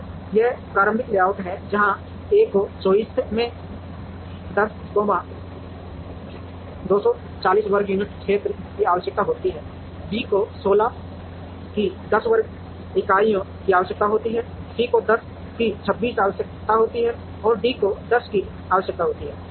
और यह प्रारंभिक लेआउट है जहां ए को 24 में 10 240 वर्ग यूनिट क्षेत्र की आवश्यकता होती है बी को 16 की 10 वर्ग इकाइयों की आवश्यकता होती है सी को 10 की 26 में आवश्यकता होती है और डी को 10 की आवश्यकता होती है